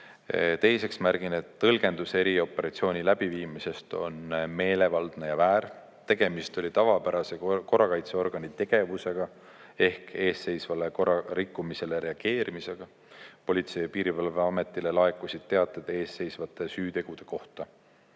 Teiseks märgin, et tõlgendus erioperatsiooni läbiviimisest on meelevaldne ja väär, tegemist oli tavapärase korrakaitseorgani tegevusega ehk eesseisvale korrarikkumisele reageerimisega. Politsei- ja Piirivalveametile laekusid teated eesseisvate süütegude kohta.